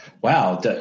Wow